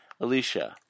Alicia